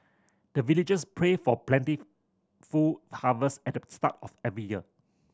the villagers pray for plentiful harvest at the start of every year